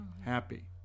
happy